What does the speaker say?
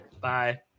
Bye